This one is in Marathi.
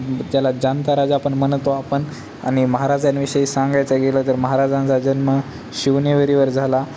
ज्याला जाणता राजा पण म्हणतो आपण आणि महाराजांविषयी सांगायचं गेलं तर महाराजांचा जन्म शिवनेरीवर झाला